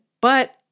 But-